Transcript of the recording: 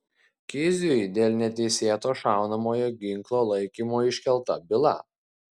kiziui dėl neteisėto šaunamojo ginklo laikymo iškelta byla